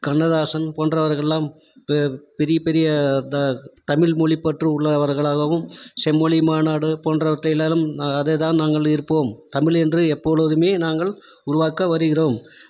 கண்ணதாசன் போன்றவர்கள் எல்லாம் ப பெரிய பெரிய த தமிழ் மொழிப்பற்று உள்ளவர்களாகவும் செம்மொழி மாநாடு போன்றவற்றில் அதே தான் நாங்கள் இருப்போம் தமிழ் என்று எப்பொழுதுமே நாங்கள் உருவாக்க வருகிறோம்